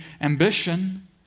ambition